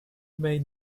made